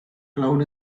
cloud